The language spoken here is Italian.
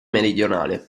meridionale